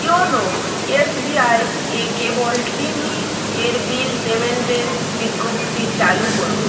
YONO SBI এ কেবল TV এর বিল পেমেন্টের বিজ্ঞপ্তি চালু করুন